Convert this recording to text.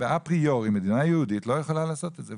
באפריורי, מדינה יהודית לא יכולה לעשות את זה.